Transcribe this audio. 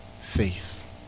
faith